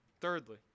Thirdly